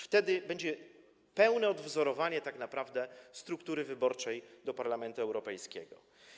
Wtedy będzie pełne odwzorowanie, tak naprawdę, struktury wyborczej do Parlamentu Europejskiego.